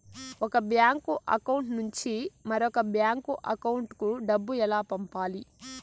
ఒక bank account నుంచి మరొక బ్యాంకు అకౌంట్ కు డబ్బు ఎలా పంపాలి